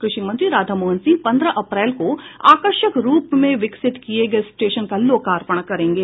कृषि मंत्री राधामोहन सिंह पन्द्रह अप्रैल को आकर्षक रूप में विकसित किये गये स्टेशन का लोकार्पण करेंगे